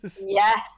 yes